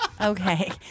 Okay